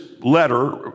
Letter